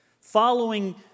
following